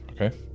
okay